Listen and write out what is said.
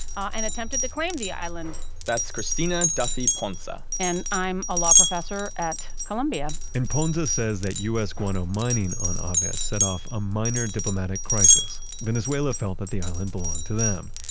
and attempted to claim the island that's christina duffy ponsa and i'm a law professor at columbia and ponsa says that us guano mining on aves set off a minor diplomatic crisis. venezuela felt that the island belonged to them,